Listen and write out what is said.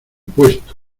puesto